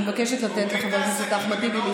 אני מבקשת לתת לחבר הכנסת אחמד טיבי,